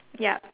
ya